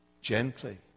gently